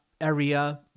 area